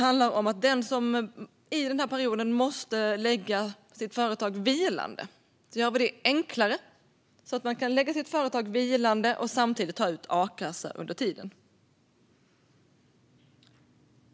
Bland annat gör vi det enklare att lägga ett företag vilande och samtidigt ta ut a-kassa under tiden.